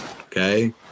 okay